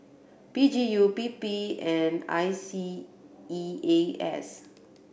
P G U P P and I C E A S